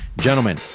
Gentlemen